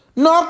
no